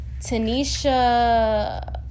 Tanisha